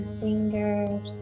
fingers